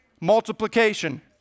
multiplication